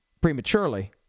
prematurely